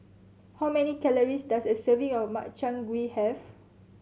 how many calories does a serving of Makchang Gui have